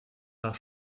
nach